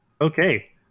Okay